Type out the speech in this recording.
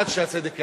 עד שהצדק ייעשה.